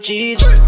Jesus